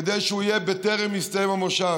כדי שהוא יהיה בטרם יסתיים המושב.